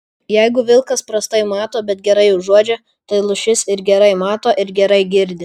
jeigu vilkas prastai mato bet gerai uodžia tai lūšis ir gerai mato ir gerai girdi